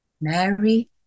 Mary